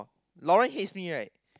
Larren hates me right